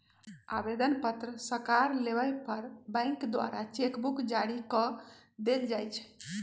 आवेदन पत्र सकार लेबय पर बैंक द्वारा चेक बुक जारी कऽ देल जाइ छइ